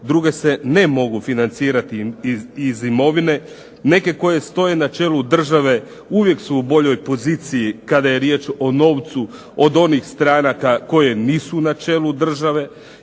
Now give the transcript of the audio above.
druge se ne mogu financirati iz imovine. Neke koje stoje na čelu države uvijek su u boljoj poziciji kada je riječ o novcu od onih stranaka koje nisu na čelu države.